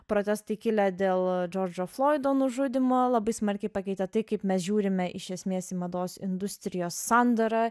protestai kilę dėl džordžo floido nužudymo labai smarkiai pakeitė tai kaip mes žiūrime iš esmės į mados industrijos sandarą